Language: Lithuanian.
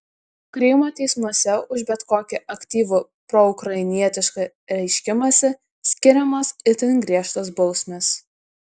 krymo teismuose už bet kokį aktyvų proukrainietišką reiškimąsi skiriamos itin griežtos bausmės